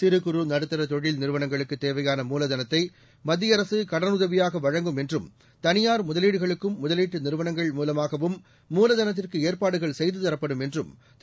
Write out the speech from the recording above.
சிறு குறு நடுத்தர தொழில் நிறுவனங்களுக்கு தேவையான மூலதனத்தை மத்திய அரசு கடனுதவியாக வழங்கும் என்றும் தனியார் முதலீடுகளுக்கும் முதலீட்டு நிறுவனங்கள் மூலமாகவும் மூலதனத்திற்கு ஏற்பாடுகள் செய்துதரப்படும் என்றும் திரு